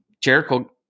Jericho –